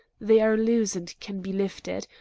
they are loose and can be lifted.